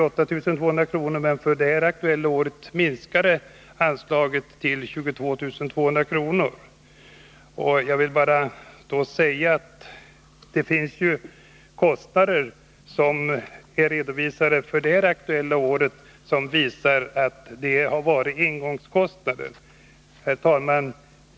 år 1978/79, men det här aktuella året uppgick anslaget till bara 22 200 kr. När det gäller det nu aktuella året finns det ju också kostnader av engångskaraktär. Herr talman!